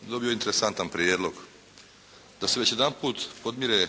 dobio interesantan prijedlog, da se već jedanput podmire